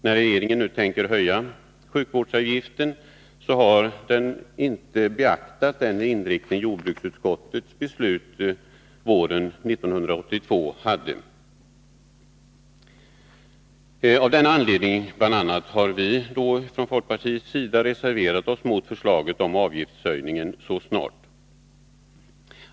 När regeringen nu tänker höja djursjukvårdsavgiften har den inte beaktat den inriktning som jordbruksutskottets beslut våren 1982 hade. Av bl.a. den anledningen har vi från folkpartiet reserverat oss mot förslaget om en avgiftshöjning så snart efter det förra beslutet.